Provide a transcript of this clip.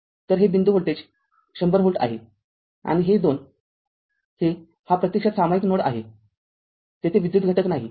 तर हे बिंदू व्होल्टेज १०० व्होल्ट आहे आणि हे २ हे हा प्रत्यक्षात सामायिक नोड आहे तेथे विद्युत घटक नाही